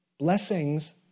Blessings